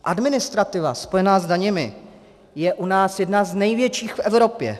Administrativa spojená s daněmi je u nás jedna z největších v Evropě.